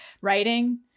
writing